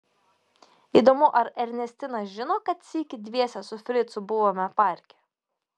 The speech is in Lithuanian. įdomu ar ernestina žino kad sykį dviese su fricu buvome parke